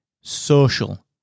social